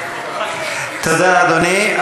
תודה, אדוני.